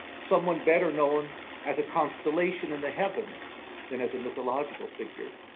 someone better known as a constellation in the heavens than as a mythological figure.